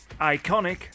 Iconic